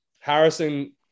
harrison